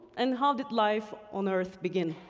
and how did life on earth begin?